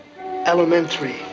Elementary